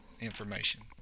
information